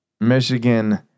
Michigan